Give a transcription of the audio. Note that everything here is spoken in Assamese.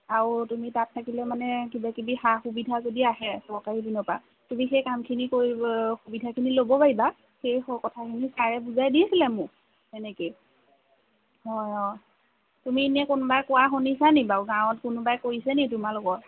আৰু তুমি তাত থাকিলে মানে কিবা কিবি সা সুবিধা যদি আহে চৰকাৰী পিনৰপৰা তুমি সেই কামখিনি কৰিব সেই সুবিধাখিনি ল'ব পাৰিবা সেইকথাখিনি ছাৰে বুজাই দিছিলে মোক এনেকৈয়ে হয় অঁ তুমি এনেই কোনোবাই কোৱা শুনিছা নেকি বাৰু গাঁৱত কোনোবাই কৰিছে নেকি তোমালোকৰ